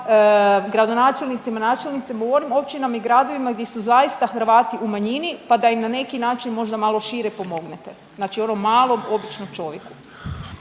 gradonačelnicima, načelnicima u onim općinama i gradovima gdje su zaista Hrvati u manjini, pa da im na neki način možda malo šire pomognete, znači onom malom, običnom čovjeku.